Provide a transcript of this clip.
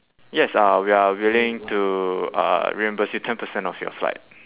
yes uh we are willing to uh reimburse you ten percent of your flight